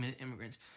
immigrants